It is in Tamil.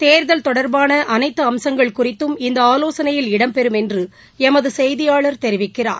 தேர்தல் தொடர்பான அனைத்து அம்சங்கள் குறித்தும் இந்த ஆலோசனையில் இடம்பெறும் என்று எமது செய்தியாளர் தெரிவிக்கிறார்